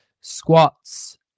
squats